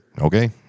Okay